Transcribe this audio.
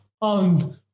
on